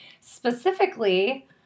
specifically